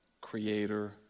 creator